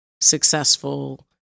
successful